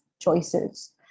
choices